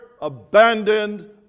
abandoned